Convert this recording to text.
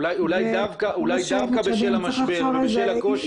אולי דווקא בשל המשבר ובשל הקושי,